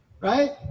Right